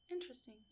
Interesting